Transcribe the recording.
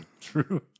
True